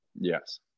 yes